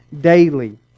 daily